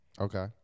Okay